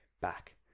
back